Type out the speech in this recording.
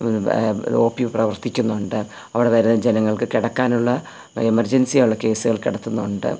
ഓ P പ്രവർത്തിക്കുന്നുണ്ട് അവിടെ വരുന്ന ജനങ്ങൾക്ക് കിടക്കാനുള്ള എമർജൻസിയുള്ള കേസുകൾ കിടത്തുന്നുണ്ട്